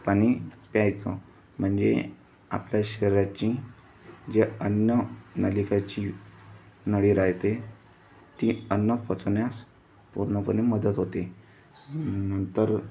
पाणी प्यायचं म्हणजे आपल्या शरीराची जे अन्ननलिकाची नळी राहते ती अन्न पोचवण्यास पूर्णपणे मदत होते नंतर